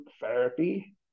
therapy